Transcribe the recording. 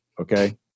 okay